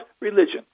religion